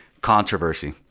controversy